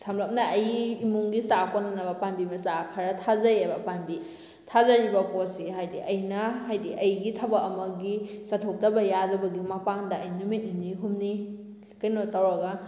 ꯁꯝꯂꯞꯅ ꯑꯩ ꯏꯃꯨꯡꯒꯤ ꯆꯥ ꯀꯣꯟꯅꯅꯕ ꯄꯥꯟꯕꯤ ꯃꯆꯥ ꯈꯔ ꯊꯥꯖꯩꯌꯦꯕ ꯄꯥꯟꯕꯤ ꯊꯥꯖꯔꯤꯕ ꯄꯣꯠꯁꯦ ꯍꯥꯏꯗꯤ ꯑꯩꯅ ꯍꯥꯏꯗꯤ ꯑꯩꯒꯤ ꯊꯕꯛ ꯑꯃꯒꯤ ꯆꯠꯊꯣꯛꯇꯕ ꯌꯥꯗꯕꯒꯤ ꯃꯄꯥꯟꯗ ꯑꯩ ꯅꯨꯃꯤꯠ ꯅꯤꯅꯤ ꯍꯨꯝꯅꯤ ꯀꯩꯅꯣ ꯇꯧꯔꯒ